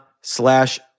slash